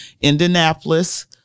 Indianapolis